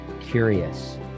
curious